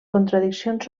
contradiccions